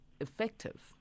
effective